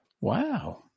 Wow